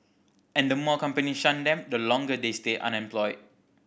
and the more company shun them the longer they stay unemployed